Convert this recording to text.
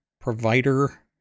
provider